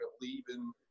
leaving